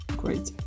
Great